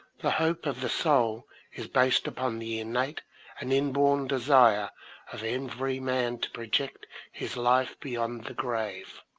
the hope of the soul is based upon the innate and inborn desire of every man to project his life beyond the grave.